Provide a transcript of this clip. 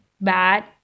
bad